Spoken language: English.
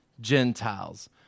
Gentiles